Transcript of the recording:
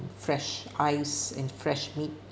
fresh ice and fresh meat